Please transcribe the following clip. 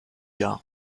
jahre